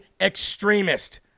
extremist